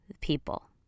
people